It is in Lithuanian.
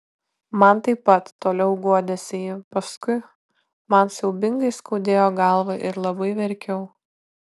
man taip pat toliau guodėsi ji paskui man siaubingai skaudėjo galvą ir labai verkiau